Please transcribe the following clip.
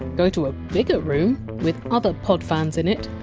go to a bigger room with other podfans in it,